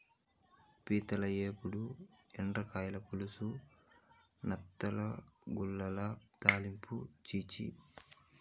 పీతల ఏపుడు, ఎండ్రకాయల పులుసు, నత్తగుల్లల తాలింపా ఛీ ఛీ